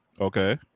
Okay